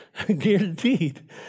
Guaranteed